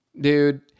Dude